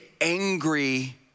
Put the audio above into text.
angry